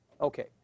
Okay